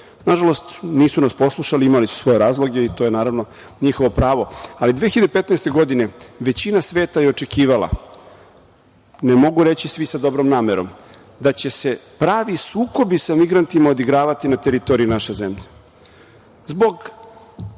Nažalost, nisu nas poslušali, imali su svoje razloge i to je, naravno, njihovo pravo. Ali, 2015. godine većina sveta je očekivala, ne mogu reći svi sa dobrom namerom, da će se pravi sukobi sa migrantima odigravati na teritoriji naše zemlje,